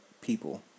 people